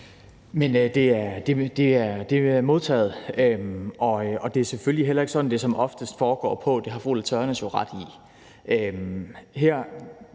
Det er modtaget, og det er selvfølgelig heller ikke sådan, som det oftest foregår; det har fru Ulla Tørnæs jo ret i.